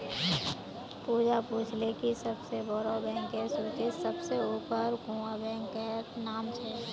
पूजा पूछले कि सबसे बोड़ो बैंकेर सूचीत सबसे ऊपर कुं बैंकेर नाम छे